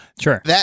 Sure